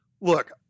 Look